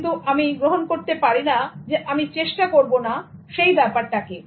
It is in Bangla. কিন্তু আমি গ্রহণ করতে পারি না যে আমি চেষ্টা করব না সেটাকে